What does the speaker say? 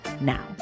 now